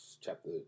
chapter